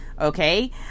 Okay